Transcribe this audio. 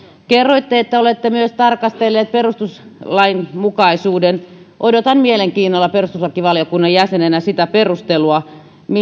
kerroitte että olette myös tarkastelleet perustuslainmukaisuuden odotan mielenkiinnolla perustuslakivaliokunnan jäsenenä sitä perustelua